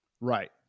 Right